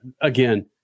Again